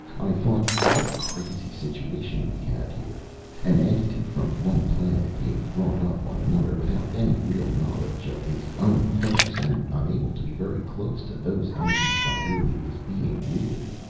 i thought what a crazy situation we had here an entity from one planet being brought up on another, without any real knowledge of his own folks, and unable to be very close to those entities by whom he was being reared.